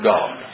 God